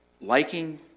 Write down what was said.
liking